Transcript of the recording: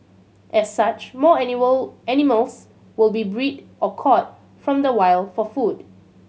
as such more animal animals will be bred or caught from the wild for food